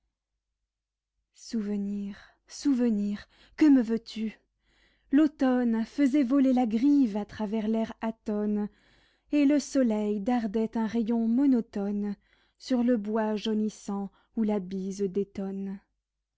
souvenir souvenir que me veux-tu l'automne faisait voler la grive à travers l'air atone et le soleil dardait un rayon monotone sur le bois jaunissant où la bise